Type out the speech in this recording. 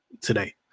today